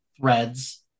threads